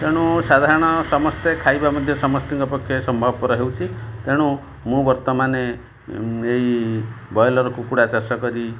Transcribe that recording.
ତେଣୁ ସାଧାରଣ ସମସ୍ତେ ଖାଇବା ମଧ୍ୟ ସମସ୍ତିଙ୍କ ପକ୍ଷେ ସମ୍ଭବପର ହେଉଛି ତେଣୁ ମୁଁ ବର୍ତ୍ତମାନେ ଏଇ ବ୍ରଏଲର୍ କୁକୁଡ଼ା ଚାଷ କରି